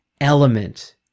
element